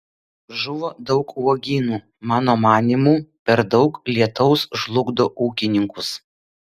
žuvo daug uogynų mano manymu per daug lietaus žlugdo ūkininkus